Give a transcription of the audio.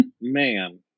man